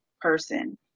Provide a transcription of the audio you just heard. person